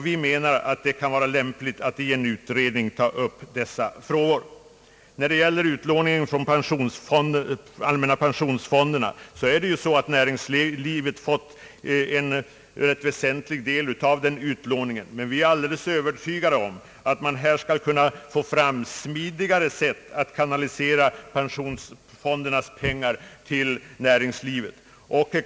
Vi menar att det kan vara lämpligt att i en utredning ta upp dessa frågor. När det gäller utlåning från de allmänna pensionsfonderna så har ju näringslivet fått en rätt väsentlig del av denna. Men vi är alldeles övertygade om att man skall kunna få fram smidigare sätt att kanalisera pensionsfondernas pengar till näringslivet.